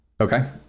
Okay